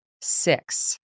six